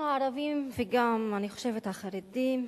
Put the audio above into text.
אנחנו הערבים, ואני חושבת שגם החרדים,